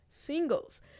singles